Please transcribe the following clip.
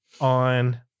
on